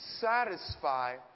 satisfy